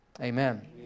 Amen